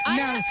now